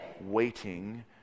waiting